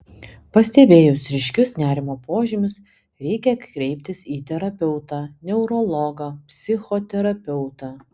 pastebėjus ryškius nerimo požymius reikia kreiptis į terapeutą neurologą psichoterapeutą